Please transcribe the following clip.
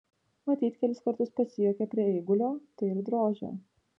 matyt kelis kartus pasijuokė prie eigulio tai ir drožė